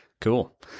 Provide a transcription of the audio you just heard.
Cool